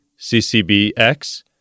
CCBX